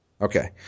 Okay